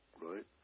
right